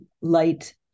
light